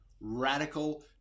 radical